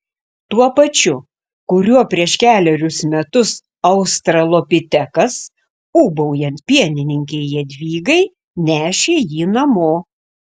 tuo pačiu kuriuo prieš kelerius metus australopitekas ūbaujant pienininkei jadvygai nešė jį namo